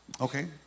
Okay